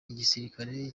igisirikare